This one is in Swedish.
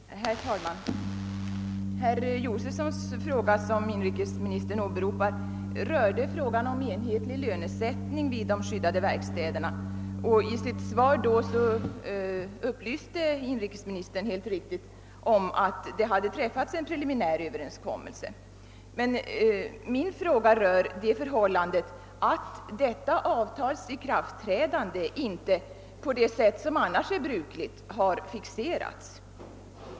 Herr talman! Jag ber att få tacka inrikesministern för svaret på min fråga. Herr Josefssons fråga, som inrikes ministern åberopade, rörde enhetlig lönesättning vid de skyddade verkstäderna, och i sitt svar på den upplyste inrikesministern helt riktigt, att det hade träffats en preliminär Överenskommelse. Min fråga rör däremot det förhållandet att detta avtals ikraftträdande inte, på det sätt som annars är brukligt, har fixerats.